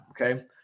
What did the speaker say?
okay